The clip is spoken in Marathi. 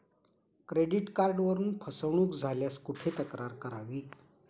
क्रेडिट कार्डवरून फसवणूक झाल्यास कुठे तक्रार करावी?